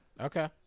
Okay